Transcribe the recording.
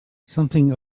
something